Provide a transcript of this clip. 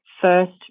first